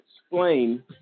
explain